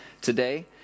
today